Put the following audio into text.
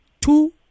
Two